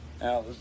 Now